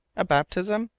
a baptism?